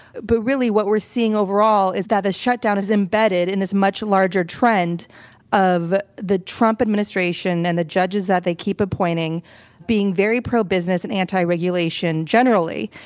but really what we're seeing overall is that the shutdown is imbedded in this much larger trend of the trump administration and the judges that they keep appointing being very pro-business and anti-regulation generally.